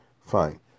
Fine